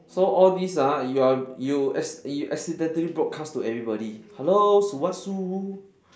so all these ah you are you ac~ you accidentally broadcast to everybody hello sulwhasoo